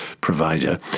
provider